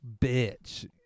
bitch